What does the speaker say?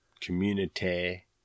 community